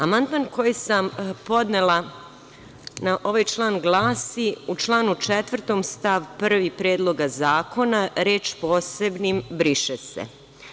Amandman koji sam podnela na ovaj član glasi – u članu 4. stav 1. Predloga zakona reč „posebnim“ briše se.